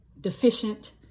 deficient